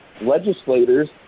legislators